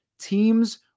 teams